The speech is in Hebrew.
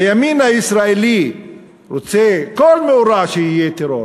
הימין הישראלי רוצה שכל מאורע יהיה טרור,